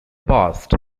past